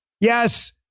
Yes